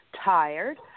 tired